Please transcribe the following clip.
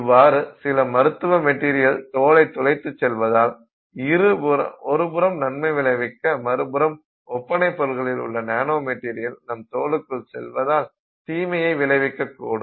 இவ்வாறு சில மருத்துவ மெட்டீரியல் தோலைத் துளைத்து செல்வதால் ஒருபுறம் நன்மை விளைவிக்க மறுபுறம் ஒப்பனை பொருள்களில் உள்ள நானோ மெட்டீரியல் நம் தோலுக்குள் செல்வதால் தீமையை விளைவிக்க கூடும்